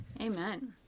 Amen